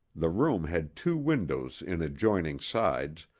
the room had two windows in adjoining sides,